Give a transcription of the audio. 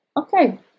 Okay